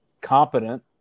competent